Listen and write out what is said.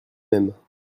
même